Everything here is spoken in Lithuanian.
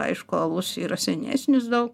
aišku alus yra senesnis daug